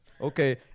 Okay